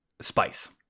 spice